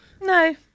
No